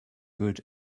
good